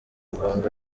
congo